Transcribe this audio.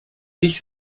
ich